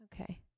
Okay